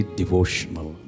devotional